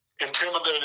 Intimidated